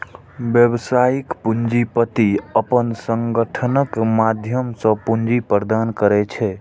व्यावसायिक पूंजीपति अपन संगठनक माध्यम सं पूंजी प्रदान करै छै